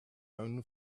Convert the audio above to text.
own